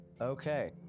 Okay